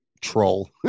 troll